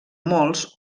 molts